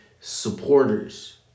supporters